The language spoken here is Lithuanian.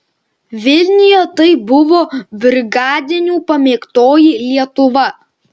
vilniuje tai buvo brigadinių pamėgtoji lietuva